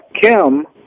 Kim